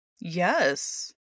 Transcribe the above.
Yes